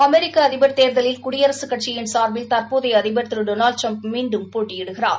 அமெிக்க அதிபர் தேர்திலில் குடியரசு கட்சியின் சார்பில் தற்போதைய அதிபர் திரு பொனால்டு ட்டிரம்ப் மீண்டும் போட்டியிடுகிறார்